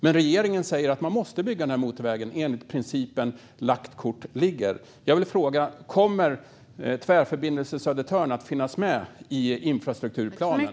Men regeringen säger att man måste bygga motorvägen enligt principen lagt kort ligger. Kommer Tvärförbindelse Södertörn att finnas med i infrastrukturplanen?